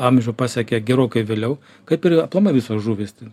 amžių pasiekia gerokai vėliau kaip ir aplamai visos žuvys